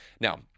Now